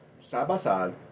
side-by-side